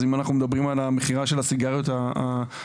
אם אנחנו מדברים על המכירה של הסיגריות האלקטרוניות,